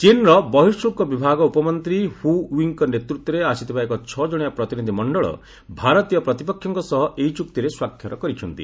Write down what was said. ଚୀନ୍ର ବହିଃଶୁଳ୍କ ବିଭାଗ ଉପମନ୍ତ୍ରୀ ହୁ ୱି'ଙ୍କ ନେତୃତ୍ୱରେ ଆସିଥିବା ଏକ ଛଅ ଜଣିଆ ପ୍ରତିନିଧି ମଣ୍ଡଳ ଭାରତୀୟ ପ୍ରତିପକ୍ଷଙ୍କ ସହ ଏହି ଚୁକ୍ତିରେ ସ୍ୱାକ୍ଷର କରିଛନ୍ତି